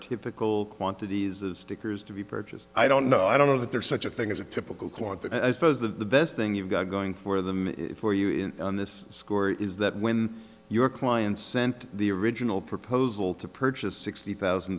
typical quantities of stickers to be purchased i don't know i don't know that there is such a thing as a typical quantity i suppose the best thing you've got going for them for you on this score is that when your client sent the original proposal to purchase sixty thousand